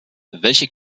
welche